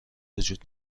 وجود